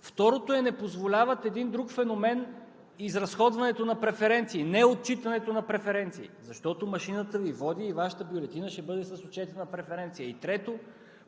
Второто, не позволяват един друг феномен – изразходването на преференции, неотчитането на преференции, защото машината Ви води и Вашата бюлетина ще бъде с отчетена преференция.